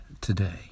today